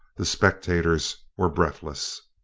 the spectators were breathless.